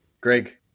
Greg